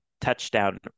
touchdown